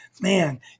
Man